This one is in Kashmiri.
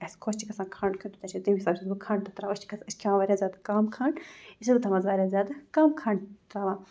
اَسہِ خۄش چھِ گژھان کھَنٛڈ کھیوٚن تیوٗتاہ چھِ أسۍ تیٚمہِ حِساب چھَس بہٕ کھَںٛڈ تہِ ترٛاوان أسۍ چھِ کھٮ۪وان واریاہ زیادٕ کَم کھَنٛڈ یہِ چھَس بہٕ تھاوان وایراہ زیادٕ کَم کھَنٛڈ ترٛاوان